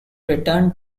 returned